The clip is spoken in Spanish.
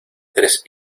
tres